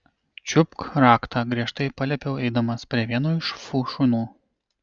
čiupk raktą griežtai paliepiau eidamas prie vieno iš fu šunų